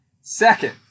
Second